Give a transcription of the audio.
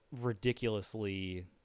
ridiculously